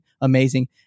amazing